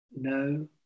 no